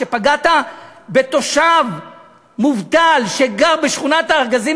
פגעת בתושב מובטל שגר בשכונת-הארגזים